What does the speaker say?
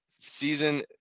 season